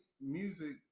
music